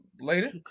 later